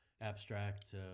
abstract